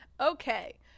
Okay